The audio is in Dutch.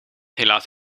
helaas